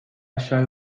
aşağı